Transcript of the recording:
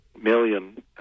million